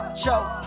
choke